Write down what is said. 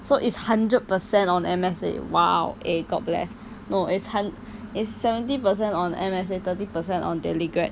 so is hundred percent on M_S_A !wow! eh god bless no is hun~ is seventy percent on M_S_A thirty percent on the rest